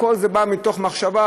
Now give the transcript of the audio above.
הכול בא מתוך מחשבה,